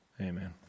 Amen